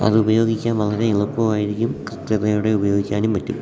അത് ഉപയോഗിക്കാൻ വളരെ എളുപ്പമായിരിക്കും കൃത്യതയോടെ ഉപയോഗിക്കാനും പറ്റും